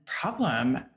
problem